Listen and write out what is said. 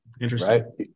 Interesting